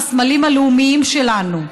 מהסמלים הלאומיים שלנו.